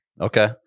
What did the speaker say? Okay